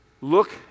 Look